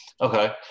Okay